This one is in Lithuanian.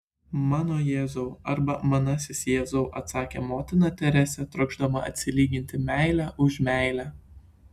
mano jėzau arba manasis jėzau atsakė motina teresė trokšdama atsilyginti meile už meilę